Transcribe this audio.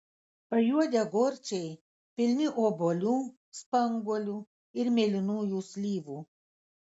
pajuodę gorčiai pilni obuolių spanguolių ir mėlynųjų slyvų